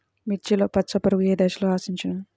మిర్చిలో పచ్చ పురుగు ఏ దశలో ఆశించును?